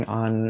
on